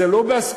זה לא בהסכמה,